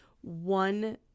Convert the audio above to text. one